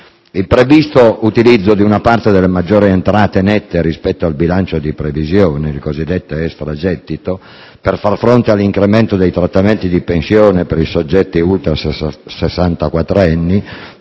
Il previsto utilizzo di una parte delle maggiori entrate nette rispetto al bilancio di previsione, il cosiddetto extragettito, per far fronte all'incremento dei trattamenti per i soggetti